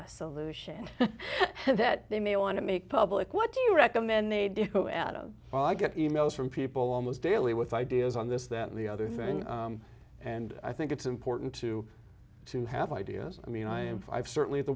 a solution that they may want to make public what do you recommend they do so adam i get e mails from people almost daily with ideas on this that and the other thing and i think it's important to to have ideas i mean i am five certainly the